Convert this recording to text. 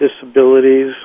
disabilities